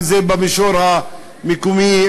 אם זה במישור המקומי,